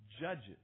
judges